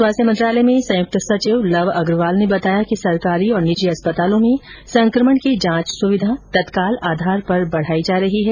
स्वास्थ्य मंत्रालय में संयुक्त सचिव लव अग्रवाल ने बताया कि सरकारी और निजी अस्पतालों में संक्रमण की जांच सुविधा तत्काल आधार पर बढ़ाई जा रही है